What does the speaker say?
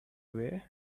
way